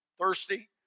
thirsty